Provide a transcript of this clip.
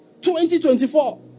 2024